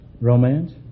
Romance